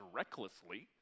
recklessly